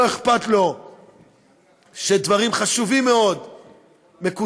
לא אכפת לו שדברים חשובים מאוד מקודמים.